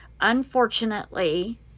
unfortunately